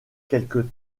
quelques